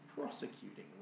prosecuting